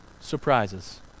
surprises